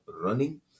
running